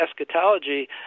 eschatology